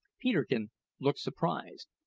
peterkin looked surprised,